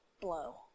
blow